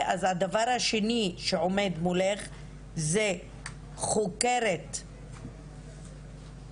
אז הדבר השני שעומד מולך הוא חוקרת או